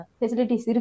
facilities